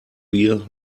beer